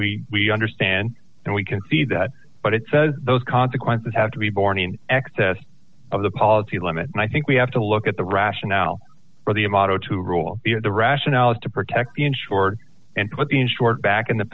which we understand and we concede that but it says those consequences have to be borne in excess of the policy limit and i think we have to look at the rationale for the a motto to rule the rationale is to protect the insured and put in short back in the